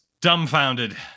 dumbfounded